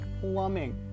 plumbing